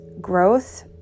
growth